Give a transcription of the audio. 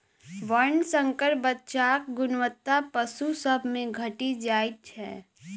वर्णशंकर बच्चाक गुणवत्ता पशु सभ मे घटि जाइत छै